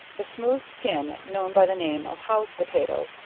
the smooth skin, known by the name of how's potato,